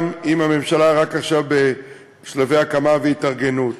גם אם הממשלה רק עכשיו בשלבי הקמה והתארגנות.